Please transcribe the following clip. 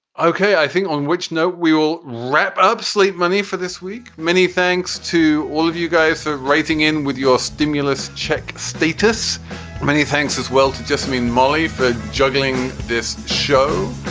okay. i think on which note, we will wrap up sleep money for this week. many thanks to all of you guys for writing in with your stimulus check status many thanks as well. to just me mean, molly, for juggling this show.